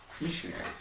missionaries